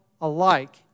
alike